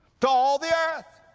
to all the earth.